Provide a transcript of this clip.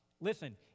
Listen